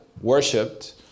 worshipped